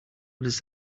what